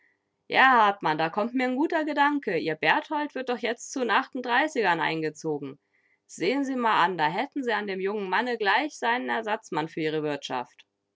ja hartmann da kommt mir n guter gedanke ihr berthold wird doch jetzt zu n achtunddreißigern eingezogen sehn sie mal an da hätten sie an dem jungen manne gleich n seinen ersatzmann für ihre wirtschaft